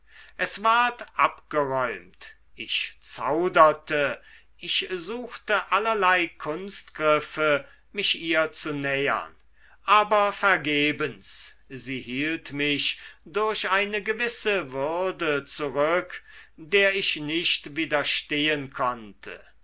es ward abgeräumt ich zauderte ich suchte allerlei kunstgriffe mich ihr zu nähern aber vergebens sie hielt mich durch eine gewisse würde zurück der ich nicht widerstehen konnte